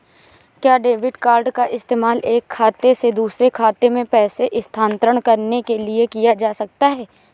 क्या debit card का इस्तेमाल एक खाते से दूसरे खाते में पैसे स्थानांतरण करने के लिए किया जा सकता है?